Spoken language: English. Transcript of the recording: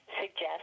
suggest